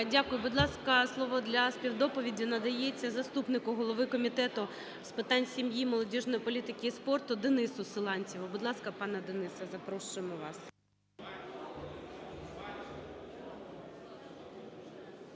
Дякую. Будь ласка, слово для співдоповіді надається заступнику голови Комітету з питань сім'ї, молодіжної політики і спорту Денису Силантьєву. Будь ласка, пане Денисе, запрошуємо вас.